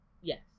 yes